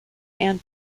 and